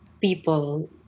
people